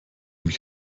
mich